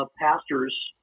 pastors